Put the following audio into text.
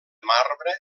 marbre